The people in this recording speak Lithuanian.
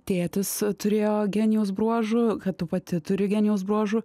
tėtis turėjo genijaus bruožų kad pati turi genijaus bruožų